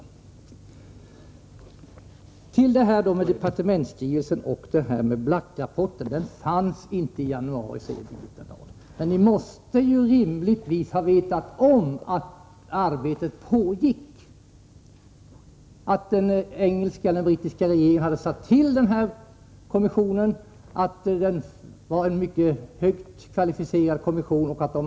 Sedan till det här med departementsstyrelsen och Black-rapporten. Birgitta Dahl säger att den rapporten inte fanns i januari. Men rimligtvis måste ni ha vetat om att det arbetet pågick, att den brittiska regeringen hade tillsatt den här mycket kvalificerade kommissionen.